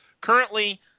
Currently –